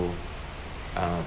um